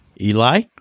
eli